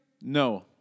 No